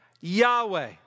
Yahweh